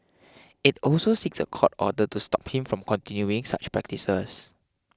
it also seeks a court order to stop him from continuing such practices